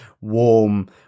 warm